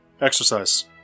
Exercise